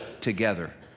together